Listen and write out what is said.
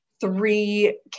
three